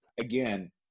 again